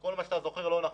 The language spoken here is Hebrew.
כל מה שאתה זוכר, לא נכון.